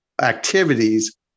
activities